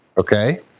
Okay